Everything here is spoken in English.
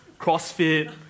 CrossFit